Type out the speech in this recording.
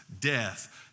death